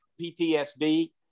PTSD